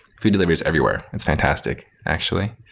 food delivery is everywhere. it's fantastic actually,